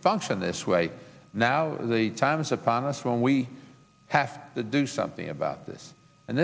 function this way now the time is upon us when we have to do something about this and